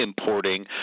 importing